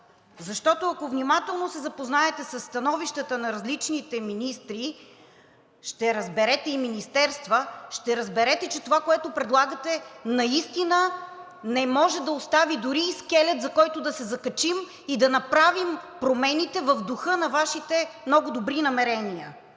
Ако внимателно се запознаете със становищата на различните министри и министерства, ще разберете, че това, което предлагате, наистина не може да остави дори и скелет, за който да се закачим и да направим промените в духа на Вашите много добри намерения.